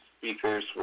speakers